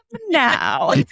now